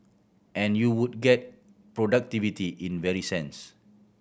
and you would get productivity in very sense